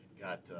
got